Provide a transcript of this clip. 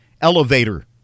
Elevator